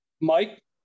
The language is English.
Mike